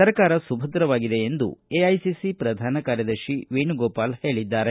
ಸರಕಾರ ಸುಭದ್ರವಾಗಿದೆ ಎಂದು ಎಐಸಿಸಿ ಪ್ರಧಾನ ಕಾರ್ಯದರ್ಶಿ ವೇಣುಗೊಪಾಲ್ ಹೇಳಿದ್ದಾರೆ